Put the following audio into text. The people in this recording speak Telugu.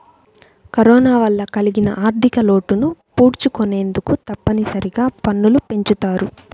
కరోనా వల్ల కలిగిన ఆర్ధికలోటును పూడ్చుకొనేందుకు తప్పనిసరిగా పన్నులు పెంచుతారు